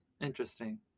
Interesting